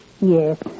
Yes